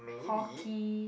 hockey